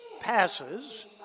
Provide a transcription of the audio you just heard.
passes